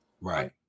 right